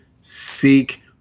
seek